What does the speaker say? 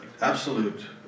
absolute